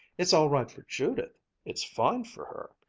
it's all right for judith it's fine for her.